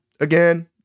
Again